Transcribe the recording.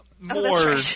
more